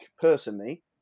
personally